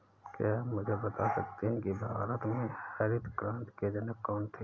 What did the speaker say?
क्या आप मुझे बता सकते हैं कि भारत में हरित क्रांति के जनक कौन थे?